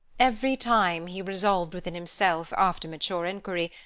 every time he resolved within himself, after mature inquiry,